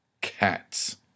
cats